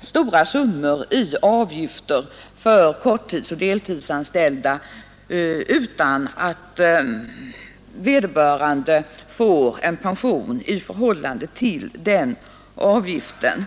stora summor i avgifter för korttidsoch deltidsanställda utan att de anställda får pension i förhållande till de inbetalda avgifterna.